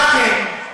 מה אתם?